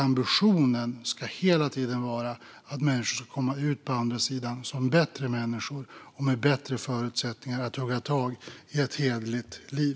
Ambitionen ska hela tiden vara att människor ska komma ut på andra sidan som bättre människor, med bättre förutsättningar att hugga tag i ett hederligt liv.